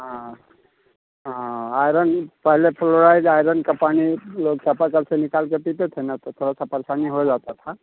हाँ हाँ हाँ आयरन पहले फ्लॉराइड आयरन का पानी लोग चपाकल से निकाल के पीते थे ना तो थोड़ा सा परेशानी हो जाता था